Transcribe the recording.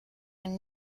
ein